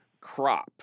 crop